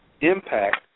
Impact